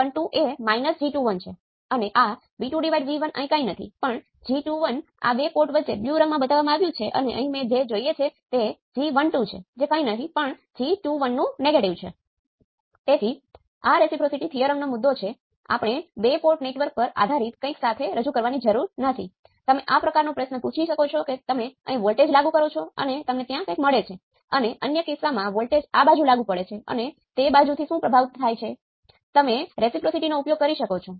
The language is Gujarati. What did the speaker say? હવે તમારે હંમેશા એ ધ્યાનમાં રાખવું જોઈએ કે આ વર્ચ્યુઅલ શોર્ટ ના વિશ્લેષણ માટે તેનો ઉપયોગ કરી શકો છો